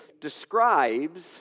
describes